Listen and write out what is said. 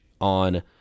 on